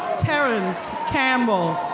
terrance campbell.